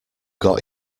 got